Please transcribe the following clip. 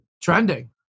Trending